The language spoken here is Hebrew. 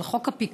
על חוק הפיקדון,